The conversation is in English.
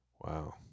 Wow